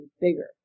bigger